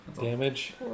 damage